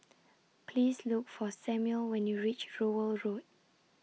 Please Look For Samuel when YOU REACH Rowell Road